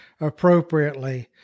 appropriately